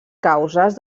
causes